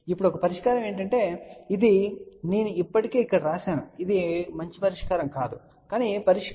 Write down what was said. ఇప్పుడు ఒక పరిష్కారం ఏమిటంటే ఇది నేను ఇప్పటికే ఇక్కడ వ్రాశాను ఇది చెడ్డ పరిష్కారం కానీ పరిష్కారంలో ఒకదాన్ని చూద్దాం